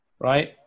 right